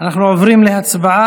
לא צריך.